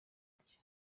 atyo